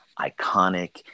iconic